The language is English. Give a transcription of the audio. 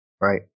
Right